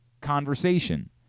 conversation